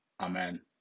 Amen